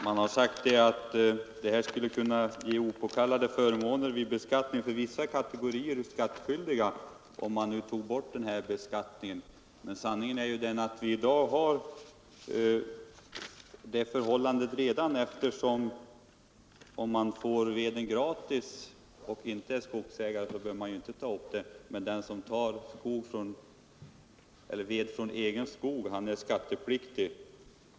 Herr talman! Man har sagt att det skulle kunna bli opåkallade förmåner för vissa kategorier skattskyldiga om beskattningen av fritt bränsle från egen fastighet slopades. Men sanningen är ju den att det i dag förhåller sig just på detta sätt, eftersom den som får veden gratis utan att vara skogsägare inte behöver ta upp förmånen i sin deklaration, medan den som hämtar ved från egen skog är skattepliktig.